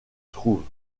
trouvent